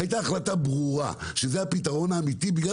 הייתה החלטה ברורה שזה הפתרון האמיתי בגלל